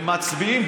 והם מצביעים,